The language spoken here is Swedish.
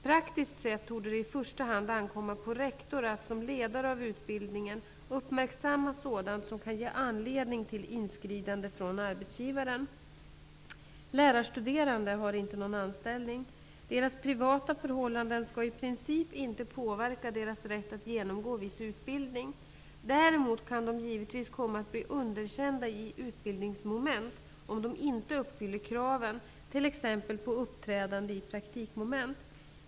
Praktiskt sett torde det i första hand ankomma på rektor att, som ledare av utbildningen, uppmärksamma sådant som kan ge anledning till inskridande från arbetsgivaren. Lärarstuderande har inte någon anställning. Deras privata förhållanden skall i princip inte påverka deras rätt att genomgå viss utbildning. Däremot kan de givetvis komma att bli underkända i utbildningsmoment, om de inte uppfyller kraven, t.ex. på uppträdande i praktikmoment.